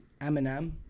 Eminem